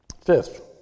Fifth